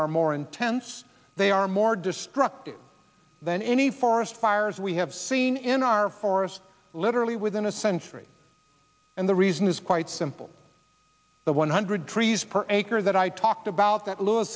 are more intense they are more destructive than any forest fires we have seen in our forests literally within a century and the reason is quite simple the one hundred trees per acre that i talked about that lewis